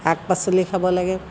শাক পাচলি খাব লাগে